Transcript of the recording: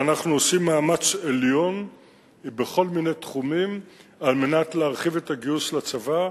ואנחנו עושים מאמץ עליון בכל מיני תחומים על מנת להרחיב את הגיוס לצבא.